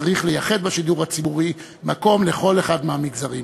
צריך לייחד בשידור הציבורי מקום לכל אחד מהמגזרים.